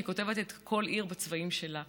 היא כותבת כל עיר בצבעים שלה.